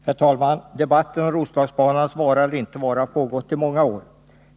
Herr talman! Debatten om Roslagsbanans vara eller inte vara har pågått i många år.